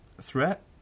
threat